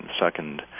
second